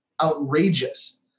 outrageous